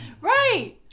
Right